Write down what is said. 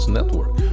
Network